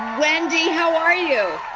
wendy, how are you?